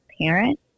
parent